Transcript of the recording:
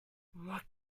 what